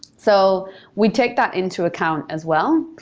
so we take that into account as well.